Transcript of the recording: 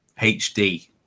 HD